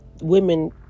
women